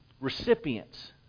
recipients